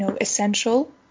essential